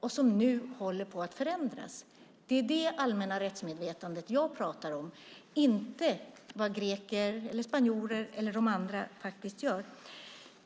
och som nu håller på att förändras. Det är det allmänna rättsmedvetandet jag pratar om, inte vad greker, spanjorer eller andra gör.